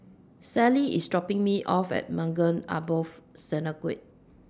Sally IS dropping Me off At Maghain Aboth Synagogue